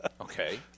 Okay